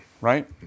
right